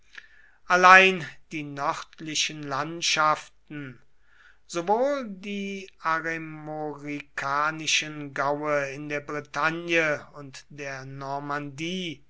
allein die nördlichen landschaften sowohl die aremorikanischen gaue in der bretagne und der normandie